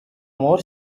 more